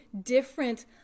different